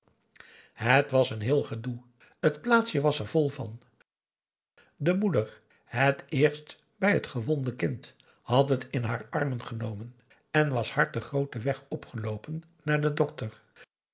het was een heel gedoe t plaatsje was er vol van de moeder het eerst bij het gewonde kind had het in haar armen genomen en was hard den grooten weg opgeloopen naar den dokter